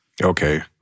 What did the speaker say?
Okay